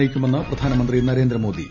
നയിക്കുമെന്ന് പ്രധാനമന്ത്രി നരേന്ദ്ര മോദി